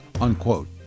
Unquote